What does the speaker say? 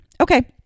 Okay